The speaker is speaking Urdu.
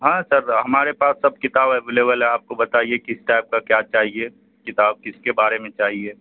ہاں سر ہمارے پاس سب کتاب اویلیبل ہے آپ کو بتائیے کس ٹائپ کا کیا چاہیے کتاب کس کے بارے میں چاہیے